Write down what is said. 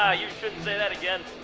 ah you shouldn't say that again!